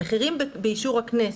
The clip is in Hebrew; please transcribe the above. המחירים באישור הכנסת.